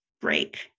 break